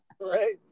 Right